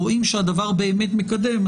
רואים שהדבר באמת מקדם.